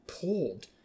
pulled